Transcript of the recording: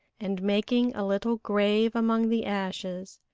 and making a little grave among the ashes,